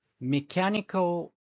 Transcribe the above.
mechanical